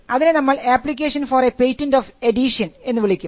അതിനെ നമ്മൾ application for a patent of addition എന്ന് വിളിക്കും